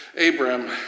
Abram